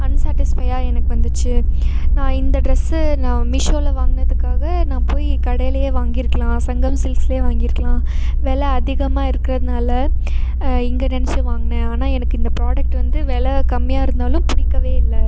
அன்சேட்டிஸ்ஃபையாக எனக்கு வந்துச்சு நான் இந்த ட்ரெஸ்ஸு நான் மீஷோவில் வாங்கினதுக்காக நான் போய் கடையிலியே வாங்கிருக்கலாம் சங்கம் சில்க்ஸில் வாங்கிருக்கலாம் வெலை அதிகமாக இருக்கறதுனால இங்கே நெனச்சி வாங்கினே ஆனால் எனக்கு இந்த ப்ரோடக்ட் வந்து வெலை கம்மியாக இருந்தாலும் பிடிக்கவே இல்லை